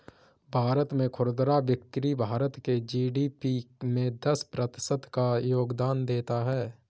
भारत में खुदरा बिक्री भारत के जी.डी.पी में दस प्रतिशत का योगदान देता है